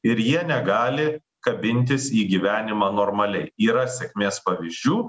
ir jie negali kabintis į gyvenimą normaliai yra sėkmės pavyzdžių